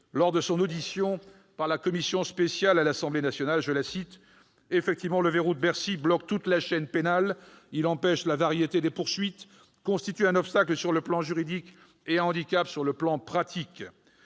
Lors de son audition par la commission spéciale de l'Assemblée nationale, celle-ci a déclaré que « le verrou de Bercy bloque toute la chaîne pénale », qu'il « empêche la variété des poursuites et constitue un obstacle juridique » et « un handicap sur le plan pratique ».